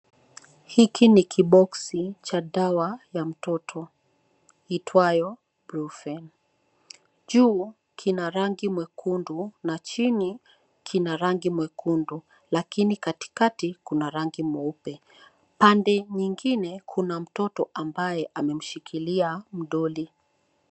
Hiki ni kiboksi cha dawa ya mtoto iitwayo Profen. Juu kina rangi mwekundu na chini kina rangi mwekundu lakini katikati kuna rangi mweupe. Pande nyingine kuna mtoto ambaye amemshikilia mdolly.